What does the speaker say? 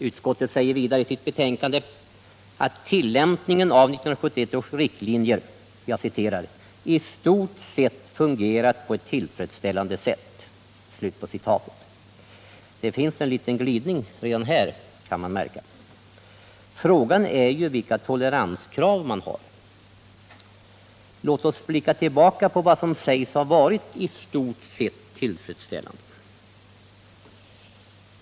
Utskottet säger vidare i sitt betänkande att tillämpningen av 1971 års riktlinjer ”i stort sett har fungerat på ett tillfredsställande sätt”. Det finns en liten glidning redan här, kan man märka. Frågan är ju vilka toleranskrav man har. Låt oss blicka tillbaka på vad som sägs ha varit i stort sett tillfredsställande.